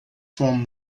from